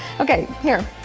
okay, here,